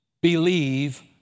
believe